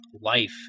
life